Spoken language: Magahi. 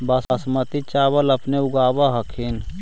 बासमती चाबल अपने ऊगाब होथिं?